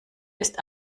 ist